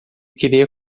queria